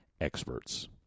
experts